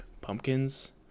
pumpkins